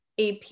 AP